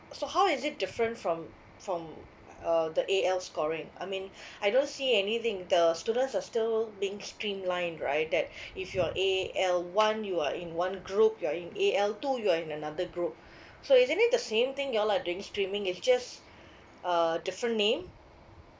so how is it different from from uh the A_L scoring I mean I don't see anything the students are still being streamlined right that if you're A_L one you are in one group you're in A_L two you're in another group so isn't it the same thing you all are doing streaming is just uh different name